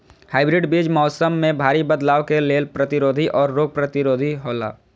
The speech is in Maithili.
हाइब्रिड बीज मौसम में भारी बदलाव के लेल प्रतिरोधी और रोग प्रतिरोधी हौला